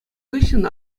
хыҫҫӑн